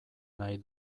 nahi